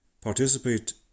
Participate